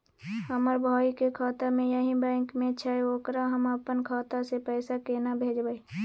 हमर भाई के खाता भी यही बैंक में छै ओकरा हम अपन खाता से पैसा केना भेजबै?